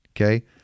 okay